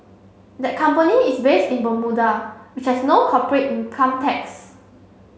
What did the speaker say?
that company is based in Bermuda which has no corporate income tax